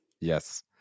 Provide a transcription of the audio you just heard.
Yes